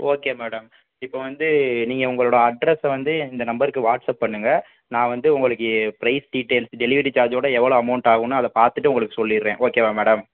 okay madam இப்போ வந்து நீங்கள் உங்களோடய அட்ரஸ் வந்து இந்த நம்பருக்கு வாட்ஸப் பண்ணுங்கள் நான் வந்து உங்களுக்கு ப்ரைஸ் டீட்டெயில்ஸ் டெலிவரி சார்ஜோடு எவ்வளோ அமௌண்ட் ஆகுன்னு அதை பார்த்துட்டு உங்களுக்கு சொல்லிடுறேன் ஓகேவா மேடம்